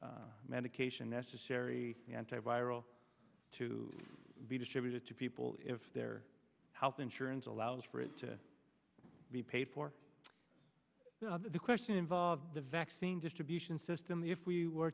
the medication necessary anti viral to be distributed to people if their health insurance allows for it to be paid for the question involved the vaccine distribution system the if we were